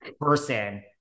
person